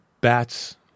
BATS